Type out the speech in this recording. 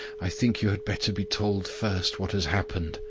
i think you had better be told first what has happened.